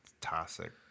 Toxic